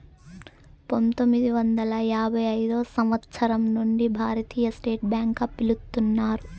పంతొమ్మిది వందల యాభై ఐదు సంవచ్చరం నుండి భారతీయ స్టేట్ బ్యాంక్ గా పిలుత్తున్నారు